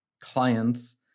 clients